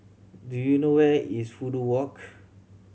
do you know where is Fudu Walk